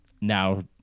now